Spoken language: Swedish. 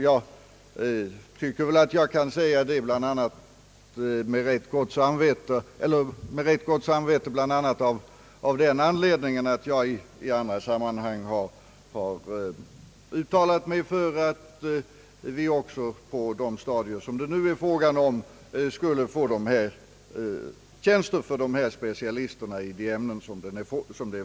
Jag tycker att jag kan säga detta med rätt gott samvete, bl.a. av den anledningen att jag i andra sammanhang har uttalat mig för att vi också på de stadier som det nu är fråga om skulle inrätta dessa tjänster för olika specialister i de ämnen det här gäller..